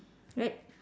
right